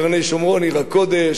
קרני-שומרון עיר הקודש,